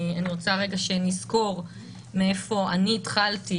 אני רוצה רגע שנזכור מאיפה אני התחלתי,